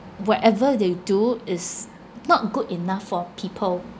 whatever you do is not good enough for people